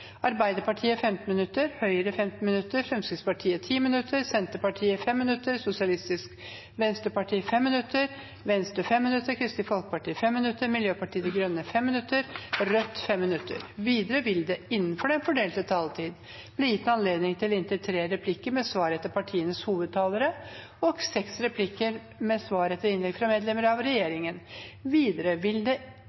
Arbeiderpartiet 15 minutter, Høyre 15 minutter, Fremskrittspartiet 10 minutter, Senterpartiet 5 minutter, Sosialistisk Venstreparti 5 minutter, Venstre 5 minutter, Kristelig Folkeparti 5 minutter, Miljøpartiet De Grønne 5 minutter og Rødt 5 minutter. Videre vil det – innenfor den fordelte taletid – bli gitt anledning til inntil tre replikker med svar etter partienes hovedtalere og seks replikker med svar etter innlegg fra medlemmer av